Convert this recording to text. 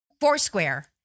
Foursquare